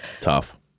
tough